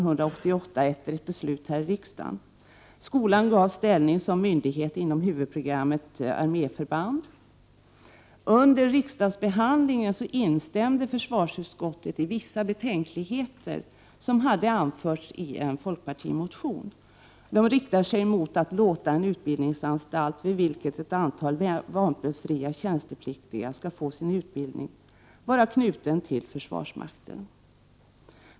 Under riksdagsbehandlingen instämde försvarsutskottet i vissa betänkligheter som hade anförts i en folkpartimotion. De riktar sig mot att låta en utbildningsanstalt vid vilken ett antal vapenfria tjänstepliktiga skall få sin 539 utbildning vara knuten till försvarsmakten.